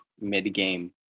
mid-game